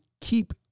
keep